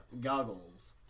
Goggles